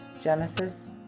Genesis